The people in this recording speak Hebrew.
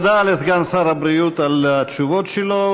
תודה לסגן שר הבריאות על התשובות שלו